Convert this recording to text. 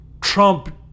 Trump